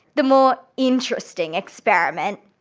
the more interesting experiment.